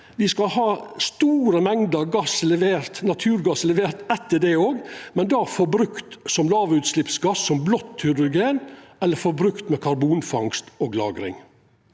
me skal levera store mengder naturgass etter det også, men då forbrukt som lågutsleppsgass, som blått hydrogen eller forbrukt med karbonfangst og -lagring.